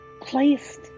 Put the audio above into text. placed